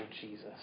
Jesus